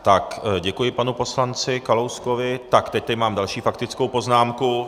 Tak děkuji panu poslanci Kalouskovi, tak teď tady mám další faktickou poznámku.